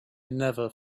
never